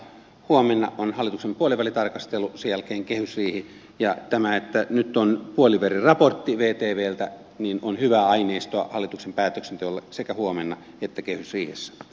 huomenna on hallituksen puolivälitarkastelu sen jälkeen kehysriihi ja tämä näyttää nyt on puoliverraportti ei tee puoliväliraportti vtvltä on hyvää aineistoa hallituksen päätöksenteolle sekä huomenna että kehysriihessä